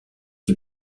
qui